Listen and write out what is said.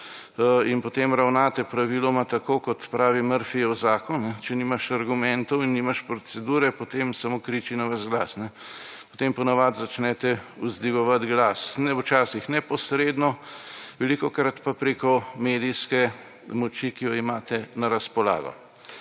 in potem ravnate praviloma tako, kot pravi Murphyjev zakon: Če nimaš argumentov in nimaš procedure, potem samo kriči na ves glas. Potem po navadi začnete vzdigovati glas. Včasih neposredno, velikokrat pa preko medijske moči, ki jo imate na razpolago.